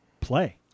play